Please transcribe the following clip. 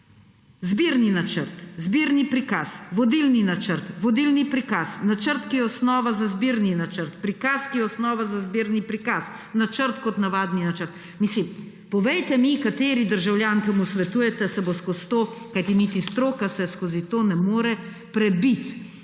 zbirni načrt, zbirni prikaz, vodilni načrt, vodilni prikaz, načrt, ki je osnova za zbirni načrt, prikaz, ki je osnova za zbirni prikaz, načrt kot navadni načrt. Mislim, povejte mi, kateri državljan, ki mu svetujete, se bo prebil skozi to, kajti niti stroka se skozi to ne more prebiti.